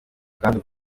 ubwandu